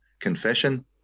confession